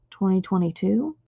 2022